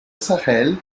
sahel